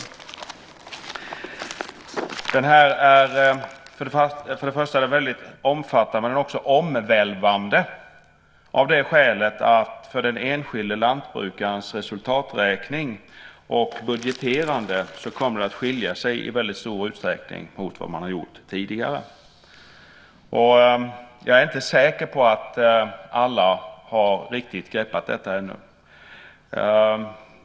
Översynen är mycket omfattande, men den är också omvälvande av det skälet att för den enskilde lantbrukarens resultaträkning och budgeterande kommer det att vara stor skillnad jämfört med hur man har gjort tidigare. Jag är inte säker på att alla har riktigt greppat detta ännu.